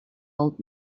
old